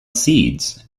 seeds